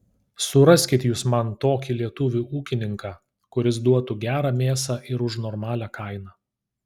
suraskit jūs man tokį lietuvį ūkininką kuris duotų gerą mėsą ir už normalią kainą